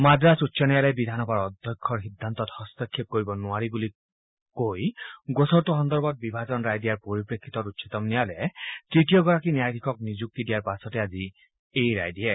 মাদ্ৰাজ উচ্চ ন্যায়ালয়ে বিধানসভাৰ অধ্যক্ষই দিয়া ৰায়ক হস্তক্ষেপ কৰিব নোৱাৰি বুলি কৈ গোচৰটোৰ সম্পৰ্কত বিভাজন ৰায় দিয়াৰ পৰিপ্ৰেক্ষিতত উচ্চতম ন্যায়ালয়ে তৃতীয়গৰাকী ন্যায়াধীশক নিযুক্তি দিয়াৰ পাছতেই আজি এই ৰায় দিয়ে